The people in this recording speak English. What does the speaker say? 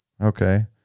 okay